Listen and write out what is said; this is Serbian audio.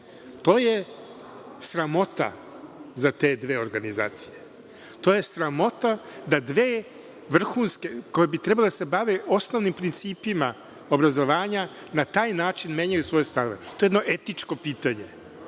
To je sramota za te dve organizacije, to je sramota da dve vrhunske koje bi trebale da se bave osnovnim principima obrazovanja na taj način menjaju svoje stavove, to je jedno etičko pitanje